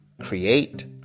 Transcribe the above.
create